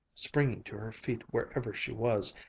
springing to her feet wherever she was,